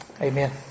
Amen